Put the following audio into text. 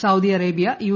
Saudi Arabia U